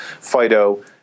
Fido